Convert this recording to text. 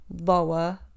lower